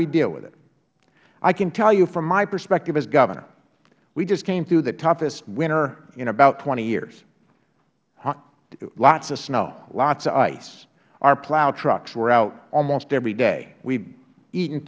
we deal with it i can tell you from my perspective as governor we just came through the toughest winter in about twenty years lots of snow lots of ice our plow trucks were out almost every day we